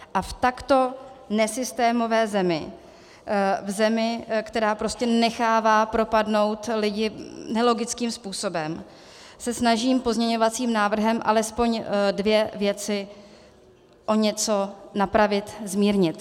A v takto nesystémové zemi, zemi, která prostě nechává propadnout lidi nelogickým způsobem, se snažím pozměňovacím návrhem alespoň dvě věci o něco napravit, zmírnit.